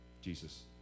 Jesus